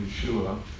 Yeshua